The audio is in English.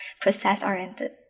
process-oriented